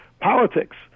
politics